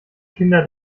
kinder